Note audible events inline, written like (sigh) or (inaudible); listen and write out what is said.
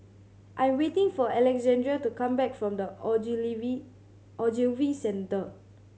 I am waiting for Alexandria to come back from The (unintelligible) Ogilvy Centre